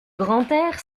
grantaire